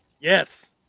Yes